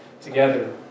together